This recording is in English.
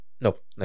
Nope